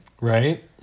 right